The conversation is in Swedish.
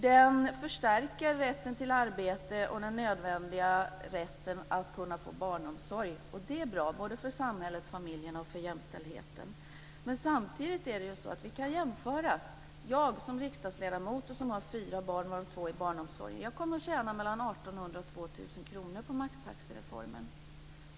Den förstärker rätten till arbete och den nödvändiga rätten att kunna få barnomsorg. Det är bra för såväl samhället och familjen som för jämställdheten. Men samtidigt kan vi göra en jämförelse. Jag som riksdagsledamot som har fyra barn, varav två i barnomsorgen, kommer att tjäna mellan 1 800 och 2 000 kr på maxtaxereformen.